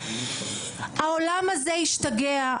העולם הזה השתגע.